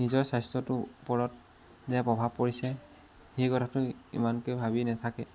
নিজৰ স্বাস্থ্যটোৰ ওপৰত যে প্ৰভাৱ পৰিছে সেই কাথাটো ইমানকৈ ভাবি নাথাকে